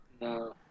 no